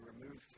removed